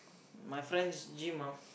my friend's gym ah